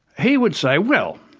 he would say, well,